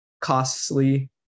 costly